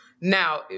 Now